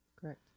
Correct